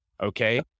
okay